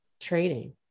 trading